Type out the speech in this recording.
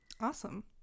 Awesome